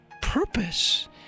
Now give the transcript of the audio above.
purpose